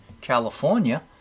California